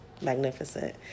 magnificent